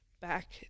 back